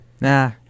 Nah